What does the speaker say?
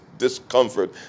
discomfort